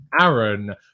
Aaron